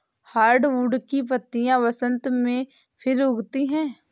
hardwood की पत्तियां बसन्त में फिर उगती हैं